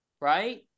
Right